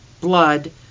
Blood